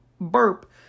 burp